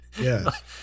yes